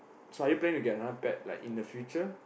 so are you planning to get another pet like in the future